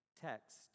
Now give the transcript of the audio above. text